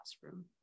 classroom